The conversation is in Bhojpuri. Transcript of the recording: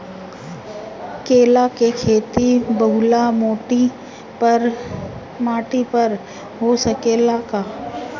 केला के खेती बलुआ माटी पर हो सकेला का?